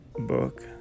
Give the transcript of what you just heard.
book